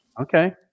okay